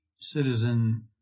citizen